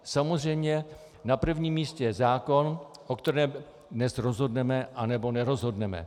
Samozřejmě na prvním místě je zákon, o kterém dnes rozhodneme, anebo nerozhodneme.